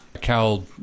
Cal